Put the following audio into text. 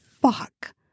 Fuck